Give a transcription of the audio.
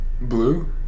Blue